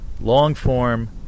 long-form